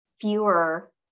fewer